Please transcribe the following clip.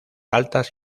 altas